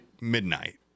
Midnight